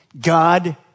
God